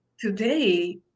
Today